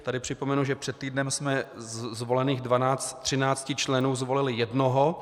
Tady připomenu, že před týdnem jsme z volených dvanácti členů zvolili jednoho.